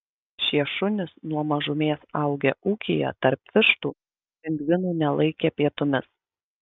šie šunys nuo mažumės augę ūkyje tarp vištų pingvinų nelaikė pietumis